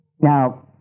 Now